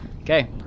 Okay